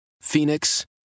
Phoenix